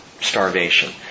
starvation